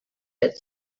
had